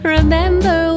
Remember